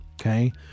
okay